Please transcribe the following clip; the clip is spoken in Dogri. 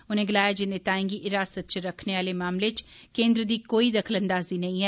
उनें गलाया जे नेताएं गी हिरासत च रक्खने आले मामले च केन्द्र दी कोई दखलअंदाजी नेई ऐ